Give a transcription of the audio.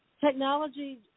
technology